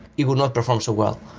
it will not perform so well,